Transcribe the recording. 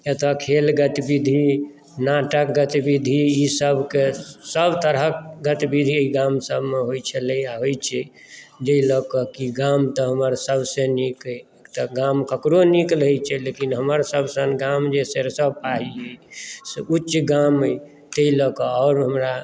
एतऽ खेल गतिविधि नाटक गतिविधि ई सभकेँ सभ तरहक गतिविधि ई गाम सभमे होइत छलैया आ होइत छै जाहि लऽ कऽ गाम तऽ हमर सभसॅं नीक अहि तऽ गाम ककरो नीक रहै छै लेकिन हमर सभ सन गाम जे सरसोपाही से उच्च गाम अहि तैॅं लऽ कऽ आओर हमरा